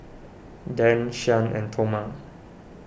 Dan Shyann and Toma